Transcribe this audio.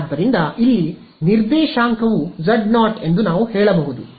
ಆದ್ದರಿಂದ ಇಲ್ಲಿ ಈ ನಿರ್ದೇಶಾಂಕವು z0 ಎಂದು ನಾವು ಹೇಳಬಹುದು